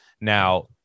now